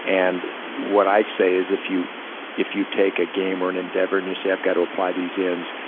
and what i say is if you if you take a game or an endeavor and you say, i've got to apply these ends,